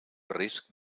risc